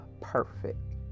perfect